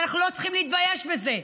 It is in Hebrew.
ואנחנו לא צריכים להתבייש בזה.